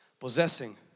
Possessing